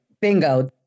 bingo